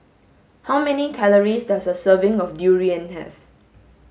how many calories does a serving of durian have